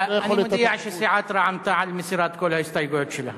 אני מודיע שסיעת רע"ם-תע"ל מסירה את כל ההסתייגויות שלה.